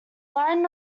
line